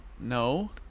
No